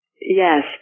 yes